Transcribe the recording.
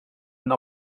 een